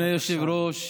אדוני היושב-ראש,